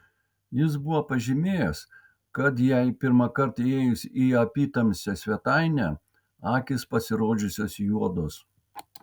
jis buvo pažymėjęs kad jai pirmąkart įėjus į apytamsę svetainę akys pasirodžiusios juodos